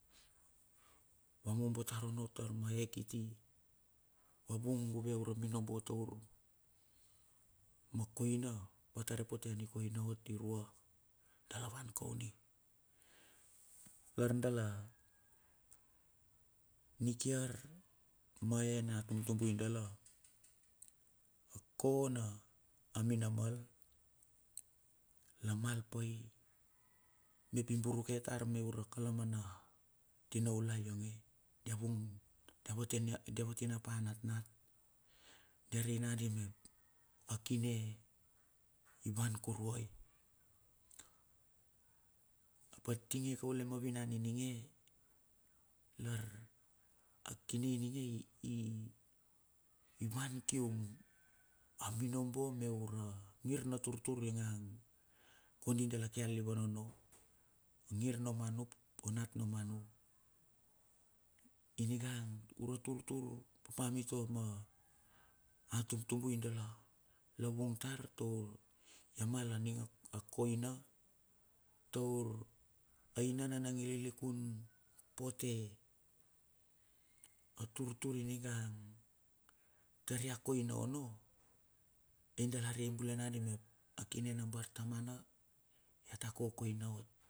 Va mobo tar onno tar ma ye kiti. Va vung guve ura minobo taur, ma koina, va ta repote ani koina atirua, dala van koni. Lar dala, mikiar ma ye na tumtubui dala. A ko na a minamal la mal pae mep i buru ke tar me ura kalamana, tinaulai yonge dia vung dia va tine, die va tine pa natnat. Dia rei nadi mep okine i van kuruai. Apa tinge kaule ma vinan i ninge lar a kine ininge i, i wan kium a minobo me ura ngir na turtur ingan kondi dala ke alilivan onno o ngir no manup o nat nomanu. Ininga ura turtur papa mitua ma a tumtubui dala lavung tar toul ya mal a ning a koina taur. Aina nana i lilikun pote aturtur inigan tar ya koina onno, ai dala rei bul e na ni map, a kine na bartamana ya ta kokoina ot.